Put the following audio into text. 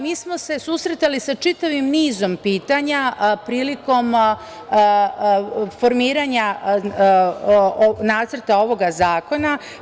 Mi smo se susretali sa čitavim nizom pitanja prilikom formiranja nacrta ovog zakona.